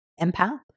empath